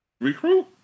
recruit